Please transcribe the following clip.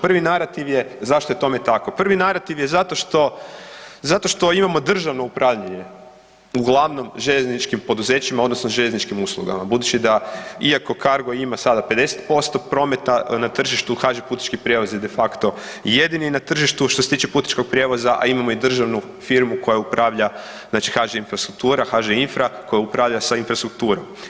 Prvi narativ je, zašto je tome tako, prvi narativ je zato što, zato što imamo državno upravljanje uglavnom željezničkim poduzećima odnosno željezničkim uslugama budući da iako Cargo ima sada 50% prometa, na tržištu HŽ-Putnički prijevoz je de facto jedini na tržištu što se tiče putničkog prijevoza, a imamo i državnu firmu koja upravlja znači HŽ-Infrastruktura, HŽ-Infra koja upravlja sa Infrastrukturom.